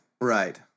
Right